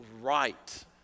right